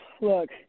Look